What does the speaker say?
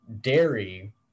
dairy